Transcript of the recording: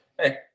hey